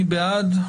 מי בעד?